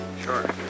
Sure